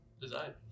design